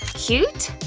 cute?